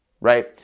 right